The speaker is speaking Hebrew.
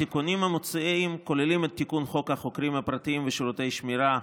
התיקונים המוצעים כוללים את תיקון חוק החוקרים הפרטיים ושירותי שמירה,